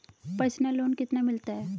Personal loan कितना मिलता है?